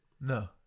No